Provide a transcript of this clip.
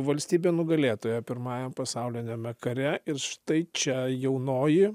valstybė nugalėtoja pirmajam pasauliniame kare ir štai čia jaunoji